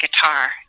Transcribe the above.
guitar